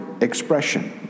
expression